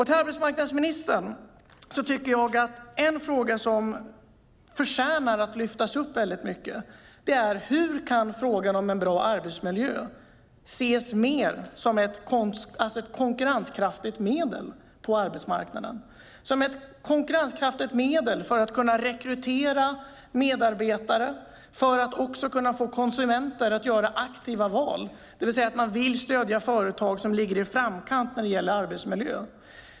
Till arbetsmarknadsministern vill jag säga att en fråga som förtjänar att lyftas upp är hur en bra arbetsmiljö kan ses mer som ett konkurrenskraftigt medel på arbetsmarknaden för att kunna rekrytera medarbetare och också få konsumenter att göra aktiva val, det vill säga vilja stöda företag som ligger i framkant vad gäller arbetsmiljö.